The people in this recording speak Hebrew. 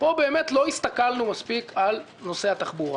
פה באמת לא הסתכלנו מספיק על נושא התחבורה